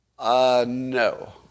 No